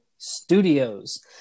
Studios